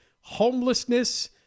homelessness